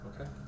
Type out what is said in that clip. Okay